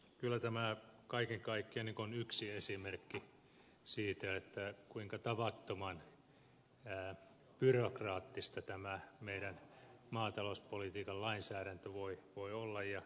kyllä tämä kaiken kaikkiaan on yksi esimerkki siitä kuinka tavattoman byrokraattista tämä meidän maatalouspolitiikan lainsäädäntö voi olla